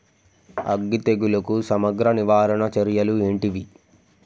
అగ్గి తెగులుకు సమగ్ర నివారణ చర్యలు ఏంటివి?